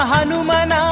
Hanuman